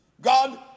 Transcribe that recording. God